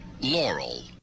laurel